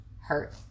hurt